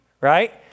right